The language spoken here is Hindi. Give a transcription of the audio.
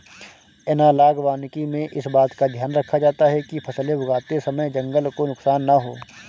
एनालॉग वानिकी में इस बात का ध्यान रखा जाता है कि फसलें उगाते समय जंगल को नुकसान ना हो